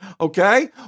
Okay